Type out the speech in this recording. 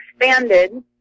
expanded